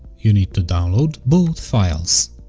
you need to download both files.